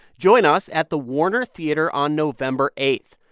join us at the warner theatre on november eight.